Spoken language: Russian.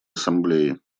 ассамблеи